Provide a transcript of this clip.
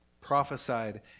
Prophesied